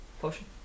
potion